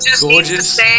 gorgeous